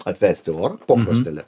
atvesti orą po krosnele